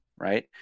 Right